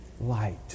light